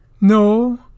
No